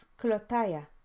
Klotaya